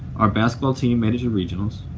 our basketball team made it to regionals,